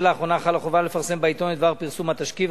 עד לאחרונה חלה חובה לפרסם בעיתון את דבר פרסום התשקיף,